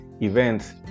events